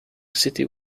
city